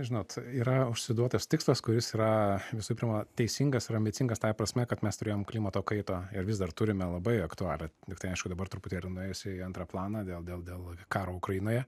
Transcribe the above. žinot yra užsiduotas tikslas kuris yra visų pirma teisingas ir ambicingas tai prasme kad mes turėjom klimato kaitą ir vis dar turime labai aktualią tiktai aišku dabar truputį ir nuėjusi į antrą planą dėl dėl dėl karo ukrainoje